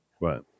Right